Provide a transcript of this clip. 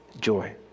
joy